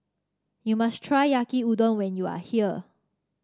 you must try Yaki Udon when you are here